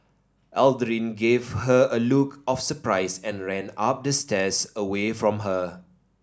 Aldrin gave her a look of surprise and ran up the stairs away from her